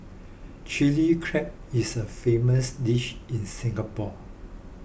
Chilli Crab is a famous dish in Singapore